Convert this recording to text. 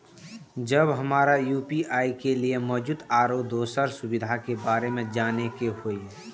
जब हमरा यू.पी.आई के लिये मौजूद आरो दोसर सुविधा के बारे में जाने के होय?